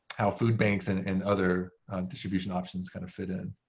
how food banks and and other distribution options kind of fit in.